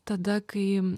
tada kai